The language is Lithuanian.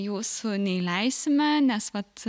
jūsų neįleisime nes vat